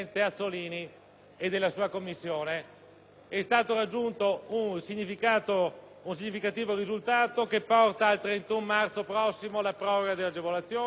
é stato raggiunto un significativo risultato che porta al 31 marzo prossimo la proroga delle agevolazioni. Naturalmente serviranno